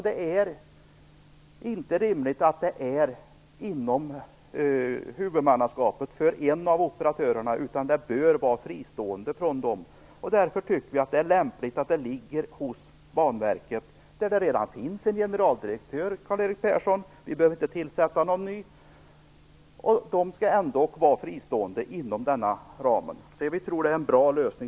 Det är inte rimligt att det här skall rymmas inom huvudmannaskapet för en av operatörerna utan det bör vara fristående från dem. Därför tycker vi att det är lämpligt att det ligger hos Banverket, där det redan finns en generaldirektör. Vi behöver inte tillsätta någon ny, Karl Erik Persson. Detta skall ändock vara fristående inom den här ramen. Vi tror att det är en bra lösning.